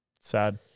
Sad